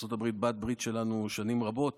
ארצות הברית בעלת ברית שלנו שנים רבות,